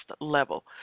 level